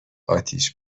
اتیش